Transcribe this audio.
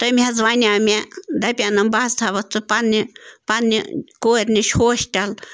تٔمۍ حظ وَنیو مےٚ دَپینَم بہٕ حظ تھاوَتھ ژٕ پنٛنہِ پنٛنہِ کورِ نِش ہوسٹَل